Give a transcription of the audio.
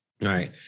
right